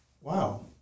Wow